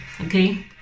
okay